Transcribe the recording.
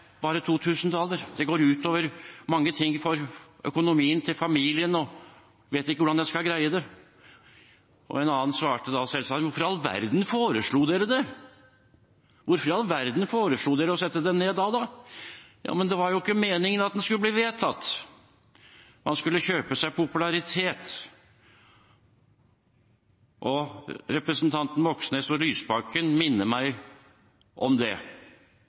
bare 2 000 daler, det går ut over mange ting når det gjelder økonomien til familien – jeg vet ikke hvordan jeg skal greie det. En annen svarte da selvsagt: Hvorfor i all verden foreslo dere det – hvorfor foreslo dere da å sette den ned? Svaret var: – Men det var jo ikke meningen at det skulle bli vedtatt. Man skulle kjøpe seg popularitet. Representantene Moxnes og Lysbakken minner meg om det.